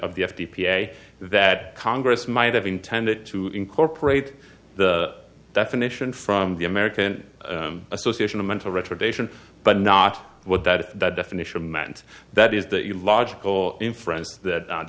of the f t p a a that congress might have intended to incorporate the definition from the american association of mental retardation but not what that that definition meant that is that your logical inference that